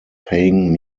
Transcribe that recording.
paying